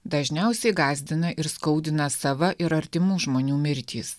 dažniausiai gąsdina ir skaudina sava ir artimų žmonių mirtys